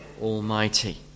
Almighty